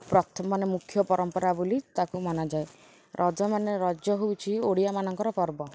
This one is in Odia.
ପ୍ରଥମ ମାନେ ମୁଖ୍ୟ ପରମ୍ପରା ବୋଲି ତାକୁ ମନାଯାଏ ରଜ ମାନେ ରଜ ହେଉଛି ଓଡ଼ିଆମାନଙ୍କର ପର୍ବ